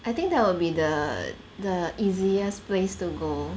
I think that will be the the easiest place to go